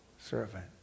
servant